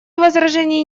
возражений